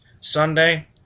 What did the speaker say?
Sunday